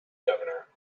governor